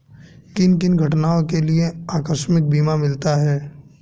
किन किन घटनाओं के लिए आकस्मिक बीमा मिलता है?